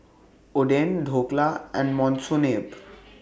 Oden Dhokla and Monsunabe